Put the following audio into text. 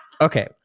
Okay